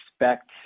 expect